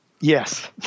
Yes